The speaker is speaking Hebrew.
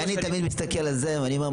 אני תמיד מסתכל על זה ואני אומר,